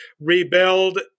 rebuild